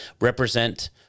represent